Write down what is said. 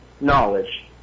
knowledge